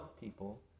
people